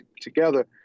together